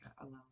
alone